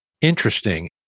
Interesting